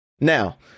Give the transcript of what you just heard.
Now